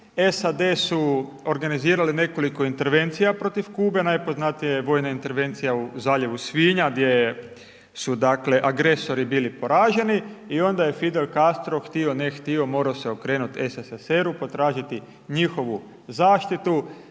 SAD su organizirale nekoliko intervencija protiv Kube, najpoznatija je vojna intervencija u Zaljevu svinja gdje su, dakle, agresori bili poraženi, i onda je Fidel Castro htio-ne htio mor'o se okrenut SSSR-u, pa tražiti njihovu zaštitu.